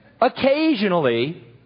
Occasionally